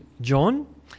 John